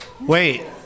Wait